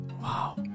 wow